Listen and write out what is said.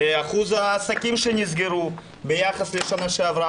אחוז העסקים שנסגרו ביחס לשנה שעברה,